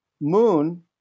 Moon